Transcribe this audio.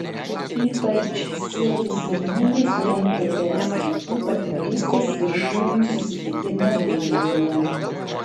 ypač siekio sėkmingai surengti es rytų partnerystės viršūnių susitikimą vilniuje